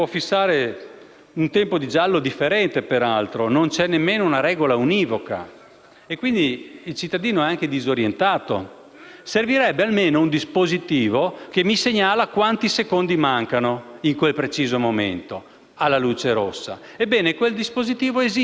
Servirebbe almeno un dispositivo che segnala quanti secondi mancano in quel preciso momento all'accensione della luce rossa. Ebbene, quel dispositivo esiste ed è il cosiddetto *countdown*, cioè il conto alla rovescia. Tale dispositivo non commina multe, ma - anzi - ti aiuta a evitare errori e rischi di incidenti